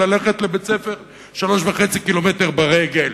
וללכת לבית-ספר 3.5 קילומטר ברגל,